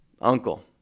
uncle